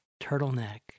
turtleneck